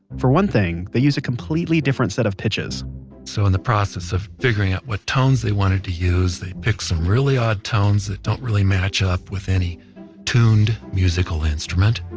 for one thing, they use a completely different set of pitches so in the process of figuring out what tones they wanted to use, they picked some really odd tones that don't really match up with any tuned musical instrument,